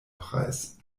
preis